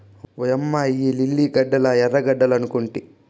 ఓయమ్మ ఇయ్యి లిల్లీ గడ్డలా ఎర్రగడ్డలనుకొంటి